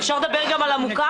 אפשר לדבר גם על המוכר?